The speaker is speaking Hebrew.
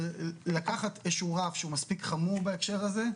זה לקחת איזשהו רף שהוא מספיק חמור בהקשר הזה,